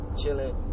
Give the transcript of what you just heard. chilling